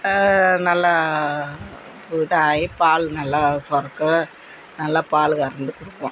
நல்ல இதாக ஆகி பால் நல்லா சுரக்கும் நல்லா பால் கறந்து கொடுப்போம்